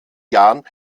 jahren